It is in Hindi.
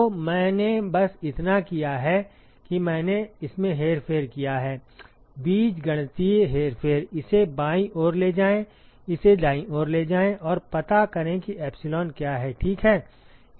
तो मैंने बस इतना किया है कि मैंने इसमें हेरफेर किया है बीजगणितीय हेरफेर इसे बाईं ओर ले जाएं इसे दाईं ओर ले जाएं और पता करें कि एप्सिलॉन क्या है ठीक है